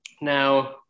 Now